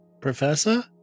Professor